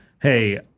hey